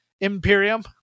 Imperium